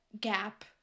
gap